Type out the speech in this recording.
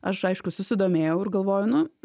aš aišku susidomėjau ir galvoju nu